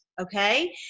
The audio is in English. Okay